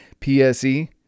PSE